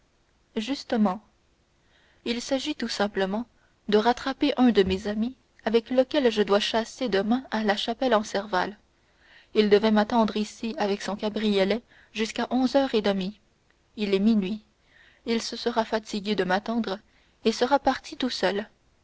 justement il s'agit tout simplement de rattraper un de mes amis avec lequel je dois chasser demain à la chapelle en serval il devait m'attendre ici avec son cabriolet jusqu'à onze heures et demie il est minuit il se sera fatigué de m'attendre et sera parti tout seul